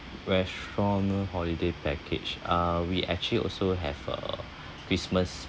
restaurant holiday package uh we actually also have a christmas